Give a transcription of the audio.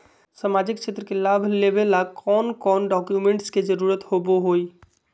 सामाजिक क्षेत्र के लाभ लेबे ला कौन कौन डाक्यूमेंट्स के जरुरत होबो होई?